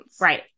Right